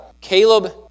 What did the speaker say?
Caleb